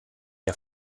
der